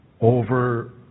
over